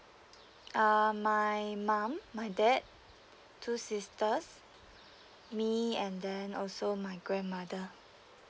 uh my mum my dad two sisters me and then also my grandmother